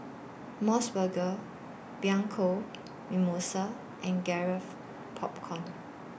Mos Burger Bianco Mimosa and Garrett Popcorn